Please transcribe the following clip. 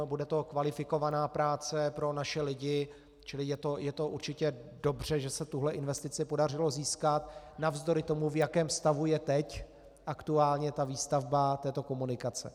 Bude to kvalifikovaná práce pro naše lidi, čili je to určitě dobře, že se tuhle investici podařilo získat navzdory tomu, v jakém stavu je teď aktuálně výstavba této komunikace.